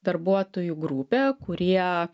darbuotojų grupė kurie